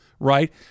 right